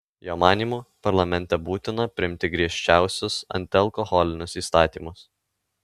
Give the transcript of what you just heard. jo manymu parlamente būtina priimti griežčiausius antialkoholinius įstatymus